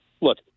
look